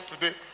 today